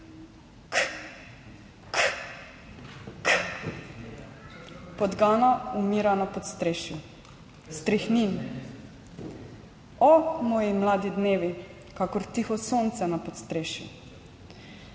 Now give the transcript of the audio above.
KH. KH. Podgana umira na podstrešju. Strihnin. O moji mladi dnevi, kakor tiho sonce na podstrešju.